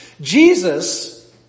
Jesus